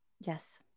Yes